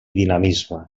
dinamisme